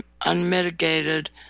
unmitigated